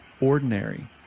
ordinary